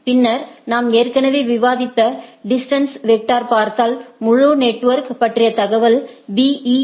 பின்னர் நாம் ஏற்கனவே விவாதித்த டிஸ்டன்ஸ் வெக்டரை பார்த்தால் முழு நெட்வொர்க் பற்றிய தகவல்களை B